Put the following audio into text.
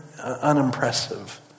unimpressive